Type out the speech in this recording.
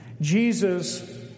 Jesus